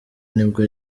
nibwo